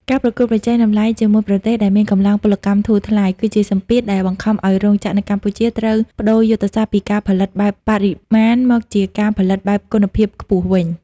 ការប្រកួតប្រជែងតម្លៃជាមួយប្រទេសដែលមានកម្លាំងពលកម្មធូរថ្លៃ គឺជាសម្ពាធដែលបង្ខំឱ្យរោងចក្រនៅកម្ពុជាត្រូវប្ដូរយុទ្ធសាស្ត្រពីការផលិតបែបបរិមាណ មកជាការផលិតបែបគុណភាពខ្ពស់វិញ។